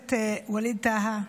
הכנסת ווליד טאהא.